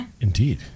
Indeed